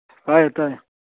ꯇꯥꯏꯌꯦ ꯇꯥꯏꯌꯦ